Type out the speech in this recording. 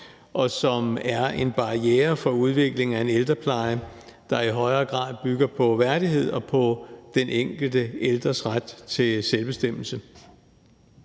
og som er en barriere for udvikling af en ældrepleje, der i højere grad bygger på værdighed og på den enkelte ældres ret til selvbestemmelse.